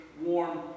warm